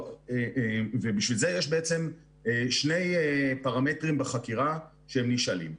ובשביל זה יש בעצם שני פרמטרים בחקירה שהם נשאלים.